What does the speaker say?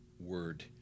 word